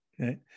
Okay